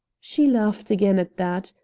she laughed again at that,